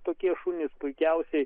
tokie šunys puikiausiai